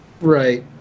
Right